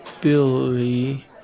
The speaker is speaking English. Billy